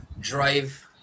drive